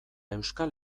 euskal